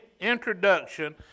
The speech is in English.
introduction